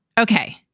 ok.